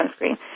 sunscreen